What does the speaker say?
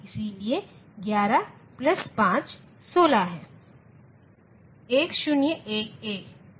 इसलिए11 plus 5 16 है